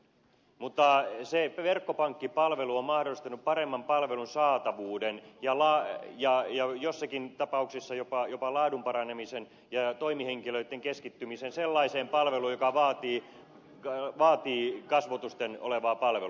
mutta verkkopankkipalvelu on mahdollistanut paremman palvelun saatavuuden ja joissakin tapauksissa jopa laadun paranemisen ja toimihenkilöitten keskittymisen sellaiseen palveluun joka vaatii kasvotusten olevaa palvelua